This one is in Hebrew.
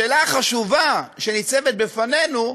השאלה החשובה שניצבת בפנינו: